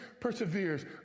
perseveres